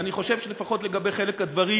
ואני חושב שלפחות לגבי חלק מהדברים